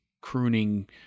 crooning